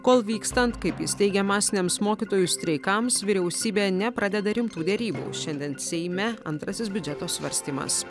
kol vykstant kaip jis teigė masiniams mokytojų streikams vyriausybė nepradeda rimtų derybų šiandien seime antrasis biudžeto svarstymas